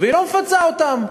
והיא לא מפצה אותם.